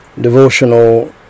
devotional